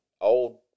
old